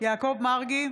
יעקב מרגי,